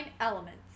Elements